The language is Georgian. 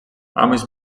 ამის